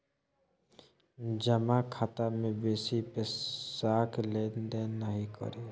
जमा खाता मे बेसी पैसाक लेन देन नहि करी